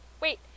Wait